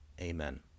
Amen